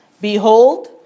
Behold